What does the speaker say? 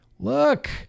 Look